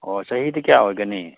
ꯑꯣ ꯆꯍꯤꯗꯤ ꯀꯌꯥ ꯑꯣꯏꯒꯅꯤ